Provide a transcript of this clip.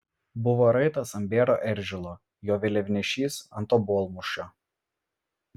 buvo raitas ant bėro eržilo jo vėliavnešys ant obuolmušio